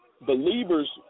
believers